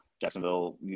Jacksonville